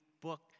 book